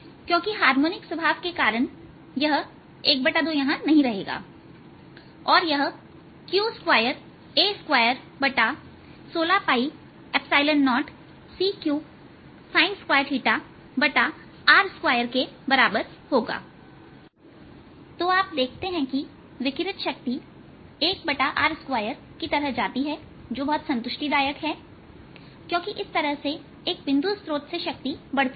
क्योंकि हार्मोनिक एक स्वभाव के कारण यह ½ यहां नहीं रहेगा और यह q2A2 sin2160c3r2 के बराबर होगा तो आप देखते हैं कि विकीरित शक्ति 1r2 की तरह जाती है जो बहुत संतुष्टि दायक है क्योंकि इस तरह से एक बिंदु स्त्रोत से शक्ति बढ़ती है